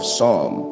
Psalm